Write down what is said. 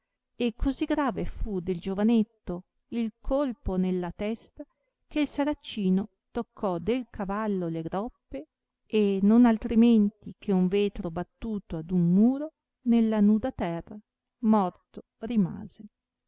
e così grave fu del giovanetto il colpo nella testa che il saracino toccò del cavallo le groppe e non altrimenti che un vetro battuto ad un muro nella nuda terra morto rimase